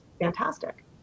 fantastic